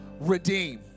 redeem